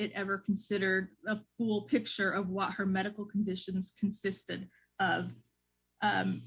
it ever consider a full picture of what her medical conditions consisted of